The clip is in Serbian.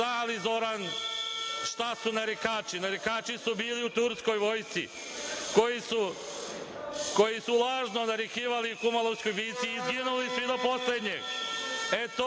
Zna li Zoran šta su narikači? Narikači su bili u turskoj vojsci, koji su lažno narikivali u Kumanovskoj bici i izginuli svi do poslednjeg.